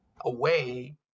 away